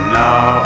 now